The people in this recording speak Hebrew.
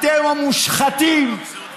אתם המושחתים,